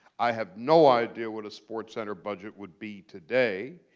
i have no idea what a sportscenter budget would be today.